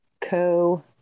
co-